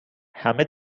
همه